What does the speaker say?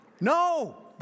No